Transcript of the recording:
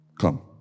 Come